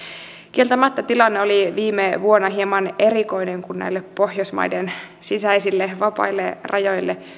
kieltämättä tilanne oli viime vuonna hieman erikoinen kun näille pohjoismaiden sisäisille vapaille rajoille tulikin